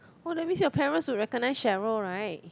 oh that means your parents will recognise Cheryl right